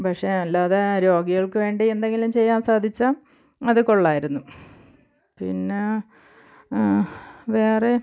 പക്ഷേ അല്ലാതെ രോഗികൾക്ക് വേണ്ടി എന്തെങ്കിലും ചെയ്യാൻ സാധിച്ചാൽ അതു കൊള്ളാമായിരുന്നു പിന്നെ വേറെ